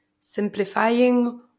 simplifying